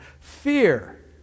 Fear